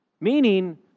Meaning